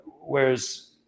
whereas